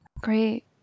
Great